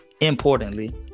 importantly